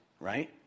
Right